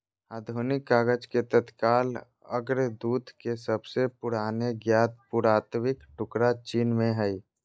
आधुनिक कागज के तत्काल अग्रदूत के सबसे पुराने ज्ञात पुरातात्विक टुकड़ा चीन में हइ